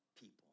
people